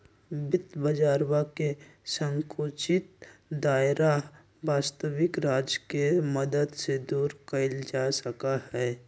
वित्त बाजरवा के संकुचित दायरा वस्तबिक राज्य के मदद से दूर कइल जा सका हई